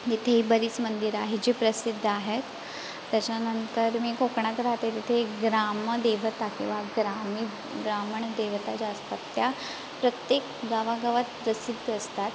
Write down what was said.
इथेही बरीच मंदिरं आहेत जी प्रसिद्ध आहेत त्याच्यानंतर मी कोकणात राहते तिथे एक ग्रामदेवता किंवा ग्रामीण ग्रामण देवता ज्या असतात त्या प्रत्येक गावागावात प्रसिद्ध असतात